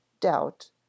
doubt